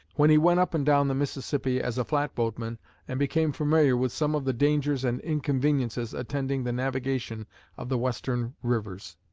when he went up and down the mississippi as a flatboatman and became familiar with some of the dangers and inconveniences attending the navigation of the western rivers.